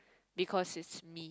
because it's me